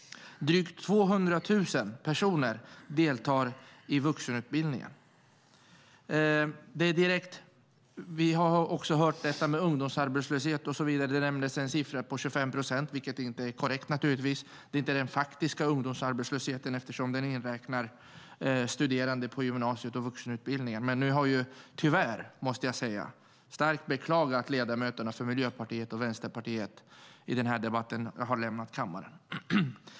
Drygt 200 000 personer deltar i vuxenutbildningen. Vi har också hört om ungdomsarbetslöshet och så vidare. Det nämndes en siffra på 25 procent, vilket naturligtvis inte är korrekt. Det är inte den faktiska ungdomsarbetslösheten. I den siffran inräknas studerande i gymnasiet och i vuxenutbildningen. Nu har, vilket jag starkt beklagar, ledamöterna från Miljöpartiet och Vänsterpartiet lämnat kammaren.